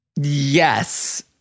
yes